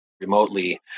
remotely